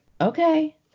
okay